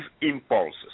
impulses